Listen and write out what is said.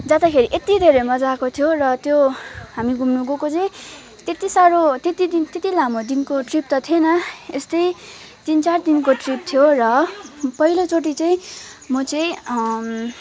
जाँदाखेरि एत्ति धेरै मजा आएको थियो र त्यो हामी घुम्नु गएको चाहिँ त्यत्ति साह्रो त्यत्ति दिन त्यत्ति लामो दिनको ट्रिप त थिएन एस्तै तिन चार दिनको ट्रिप थियो र पहिलो चाटि चाहिँ म चाहिँ